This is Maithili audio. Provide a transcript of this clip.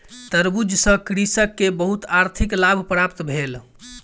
तरबूज सॅ कृषक के बहुत आर्थिक लाभ प्राप्त भेल